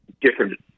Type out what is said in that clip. different